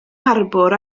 harbwr